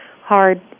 hard